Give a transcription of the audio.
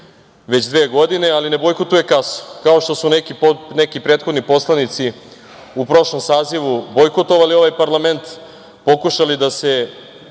već dve godine. Ali, ne bojkotuje kasu, kao što su neki prethodni poslanici u prošlom sazivu bojkotovali ovaj parlament, pokušali da se